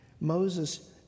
Moses